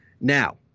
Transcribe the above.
now